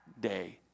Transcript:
day